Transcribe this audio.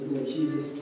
Jesus